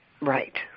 right